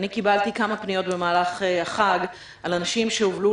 אני קיבלתי כמה פניות במהלך החג על האנשים שהובלו